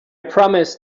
promised